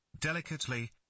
delicately